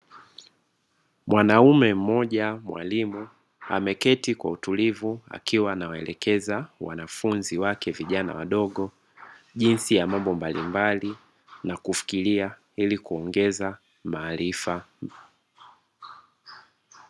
Mwanaume mmoja mwalimu, ameketi kwa utulivu akiwa anawaelekeza wanafunzi wake vijana wadogo, jinsi ya mambo mbalimbali na kufikiria, ili kuongeza maarifa.